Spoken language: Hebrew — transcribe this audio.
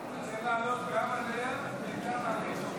חיילים נלחמים.